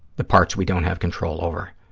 the parts we don't have control over,